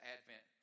Advent